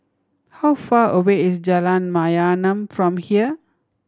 how far away is Jalan Mayaanam from here